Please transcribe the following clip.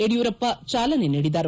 ಯಡಿಯೂರಪ್ಪ ಚಾಲನೆ ನೀಡಿದರು